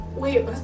Wait